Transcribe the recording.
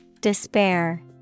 Despair